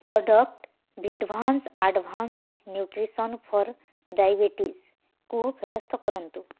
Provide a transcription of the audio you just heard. product ଭିଡ଼ଭାନ୍ସ advance nutrition for ଡାଇବେଟିସ୍କୁ ଫେରସ୍ତ କରନ୍ତୁ